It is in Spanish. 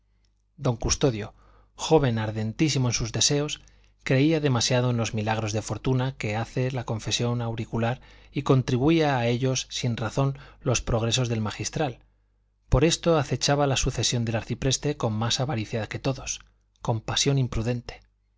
don custodio joven ardentísimo en sus deseos creía demasiado en los milagros de fortuna que hace la confesión auricular y atribuía a ellos sin razón los progresos del magistral por esto acechaba la sucesión del arcipreste con más avaricia que todos con pasión imprudente